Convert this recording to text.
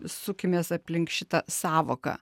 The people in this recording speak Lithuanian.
sukimės aplink šitą sąvoką